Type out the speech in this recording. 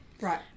Right